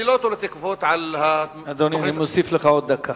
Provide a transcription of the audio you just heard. אני לא תולה תקוות, אדוני, אני מוסיף לך עוד דקה.